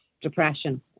depression